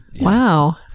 Wow